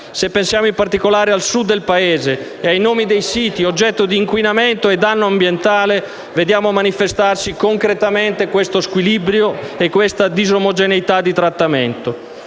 Se pensiamo in particolare al Sud del Paese e ai nomi dei siti oggetto di inquinamento e danno ambientale, vediamo manifestarsi concretamente questo squilibrio e questa disomogeneità di trattamento.